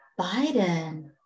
Biden